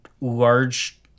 large